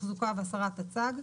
תחזוקה והסרת הצג.